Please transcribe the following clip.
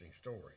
story